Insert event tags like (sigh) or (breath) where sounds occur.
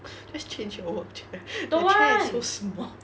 (breath) just change your work chair that chair is so small